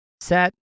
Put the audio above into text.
set